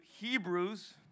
Hebrews